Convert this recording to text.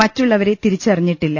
മറ്റുള്ള വരെ തിരിച്ചറിഞ്ഞിട്ടില്ല